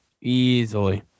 Easily